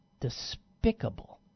Despicable